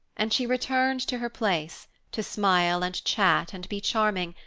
and she returned to her place, to smile, and chat, and be charming,